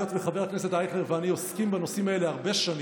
היות שחבר הכנסת אייכלר ואני עוסקים בנושאים האלה הרבה שנים,